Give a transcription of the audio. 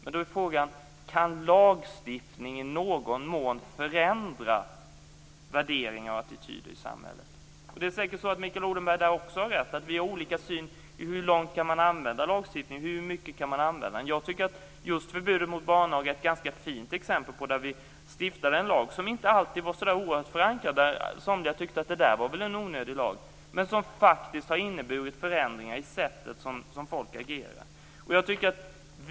Men då är frågan: Kan lagstiftning i någon mån förändra värderingar och attityder i samhället? Säkerligen har Mikael Odenberg rätt också i att vi har olika syn på hur långt man kan använda lagstiftning. Jag tycker att förbudet mot barnaga är ett ganska fint exempel. Vi stiftade en lag som inte genomgående var så oerhört väl förankrad. Somliga tyckte att det väl var en onödig lag, men den har faktiskt inneburit förändringar i det sätt som folk agerar på.